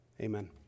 Amen